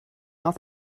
auf